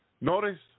Notice